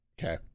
okay